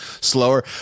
slower